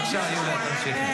בבקשה, יוליה, תמשיכי.